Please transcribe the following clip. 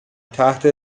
تحت